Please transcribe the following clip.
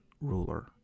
ruler